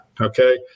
okay